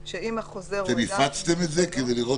שאם החוזר הוא אדם עם מוגבלות --- הפצתם את זה כדי לראות